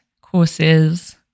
courses